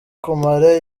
kumara